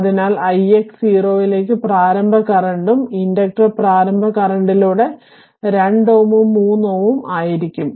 അതിനാൽ ix 0 ലേക്ക് പ്രാരംഭ കറന്റ് 0 ഉം ഇൻഡക്റ്റർ പ്രാരംഭ കറന്റിലൂടെ 2Ω ഉം 3Ω ഉം ആയിരിക്കും